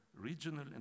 regional